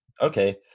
okay